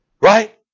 Right